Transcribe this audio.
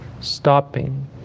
stopping